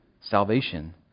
salvation